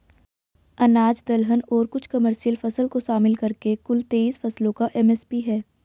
अनाज दलहन और कुछ कमर्शियल फसल को शामिल करके कुल तेईस फसलों का एम.एस.पी है